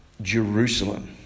Jerusalem